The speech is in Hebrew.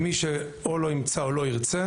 מי שאו לא ימצא או לא ירצה,